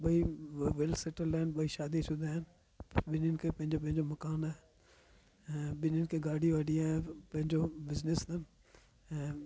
ॿई वेलसेटल्ड आहिनि ॿई शादीशुदा आहिनि ॿिन्हनि खे पंहिंजो पंहिंजो मकान आहे ऐं ॿिन्हनि खे गाॾी वाॾी आहे पंहिंजो बिज़नस अथनि ऐं